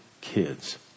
kids